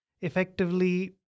effectively